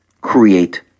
create